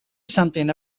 something